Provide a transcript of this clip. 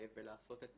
ולעשות את